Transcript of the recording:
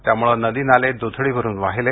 त्यामुळे नदी नाले द्थडी भरून वाहिले